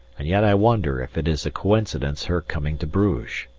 and yet i wonder if it is a coincidence her coming to bruges?